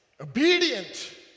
obedient